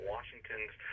Washington's